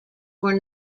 were